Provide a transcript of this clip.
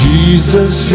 Jesus